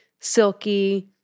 silky